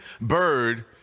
bird